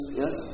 yes